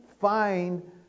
find